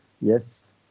yes